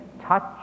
touch